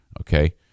Okay